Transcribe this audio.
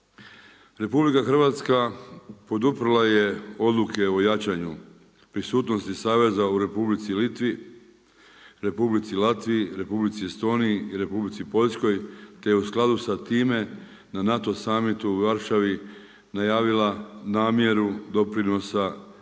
Republici Poljskoj. RH poduprla je odluke o jačanju prisutnosti saveza u Republici Litvi, Republici Latviji, Republici Estoniji i Republici Poljskoj te u skladu sa time na NATO summitu u Varšavi najavila namjeru doprinosa jednom